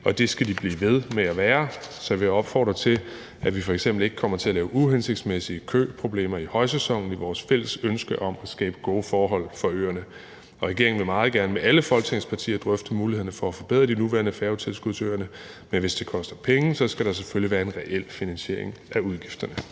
og det skal de blive ved med at være. Så jeg vil opfordre til, at vi f.eks. ikke kommer til at lave uhensigtsmæssige køproblemer i højsæsonen i vores fælles ønske om at skabe gode forhold for øerne. Regeringen vil meget gerne drøfte mulighederne for at forbedre de nuværende færgetilskud til øerne med alle Folketingets partier, men hvis det koster penge, skal der selvfølgelig være en reel finansiering af udgiften.